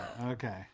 okay